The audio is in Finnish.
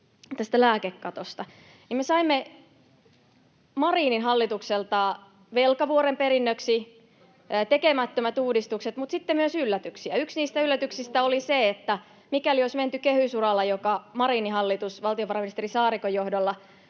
tästä lääkekatosta. Me saimme Marinin hallitukselta velkavuoren perinnöksi, tekemättömät uudistukset mutta sitten myös yllätyksiä. Yksi niistä yllätyksistä oli se, että mikäli olisi menty kehysuralla, jonka Marinin hallitus valtiovarainministeri Saarikon johdolla